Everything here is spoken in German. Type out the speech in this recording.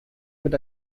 mit